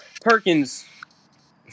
Perkins